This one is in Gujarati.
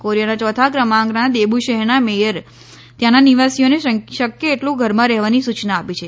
કોરિયાના ચોથા ક્રમાંકના દેબુ શહેરના મેયરે ત્યાંના નિવાસીઓને શક્ય એટલું ઘરમાં રહેવાની સુચના આપી છે